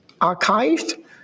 archived